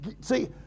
see